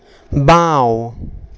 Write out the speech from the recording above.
বাওঁ